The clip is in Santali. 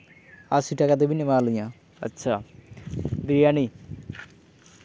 ᱟᱹᱥᱤ ᱴᱟᱠᱟ ᱛᱮᱵᱮᱱ ᱮᱢᱟ ᱞᱤᱧᱟᱹ ᱟᱪᱪᱷᱟ ᱵᱤᱨᱭᱟᱱᱤ